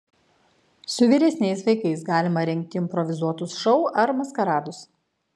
su vyresniais vaikais galima rengti improvizuotus šou ar maskaradus